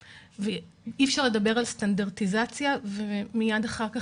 אי אפשר לדבר על סטנדרטיזציה ומיד אחר-כך